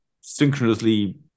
synchronously